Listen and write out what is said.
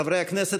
חברי הכנסת,